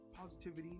positivity